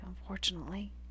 unfortunately